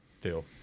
feel